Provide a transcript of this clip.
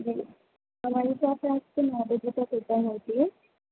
جی ہماری شاپ پہ آپ کے نو بجے تک اوپن ہوتی ہے